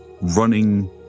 running